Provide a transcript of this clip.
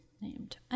named